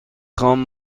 خواهم